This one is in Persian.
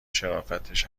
شرافتش